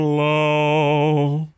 love